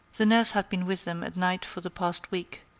the nurse had been with them at night for the past week,